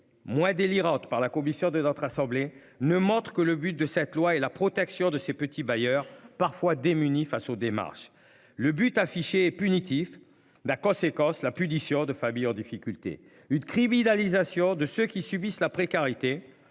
moi délirante par la commission de notre assemblée ne montre que le but de cette loi et la protection de ces petits bailleurs parfois démuni face aux démarches. Le but affiché punitif. La conséquence la punition de familles en difficulté une criminalisation de ceux qui subissent la précarité,